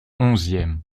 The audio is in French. onzième